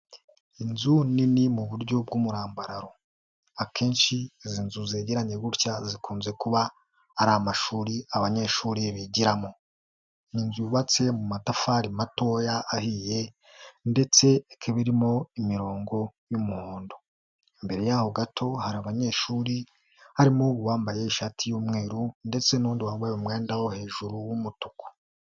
Inzu nini mu buryo bw'umurambararo, akenshi izi nzu zegeranye gutya zikunze kuba ari amashuri abanyeshuri bigiramo, ni inzu yubabatse mu matafari matoya ahiye ndetse ibirimo imirongo y'umuhondo, imbere y'aho gato hari abanyeshuri harimo uwambaye ishati y'umweru ndetse n'undi wambaye umwenda wo hejuru w'umutuku.